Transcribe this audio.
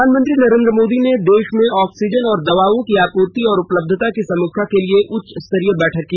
प्रधानमंत्री नरेन्द्र मोदी ने देश में ऑक्सीजन और दवाओं की आपूर्ति और उपलब्धता की समीक्षा के लिए उच्चस्तसरीय बैठक की